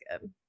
good